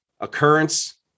occurrence